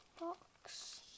Box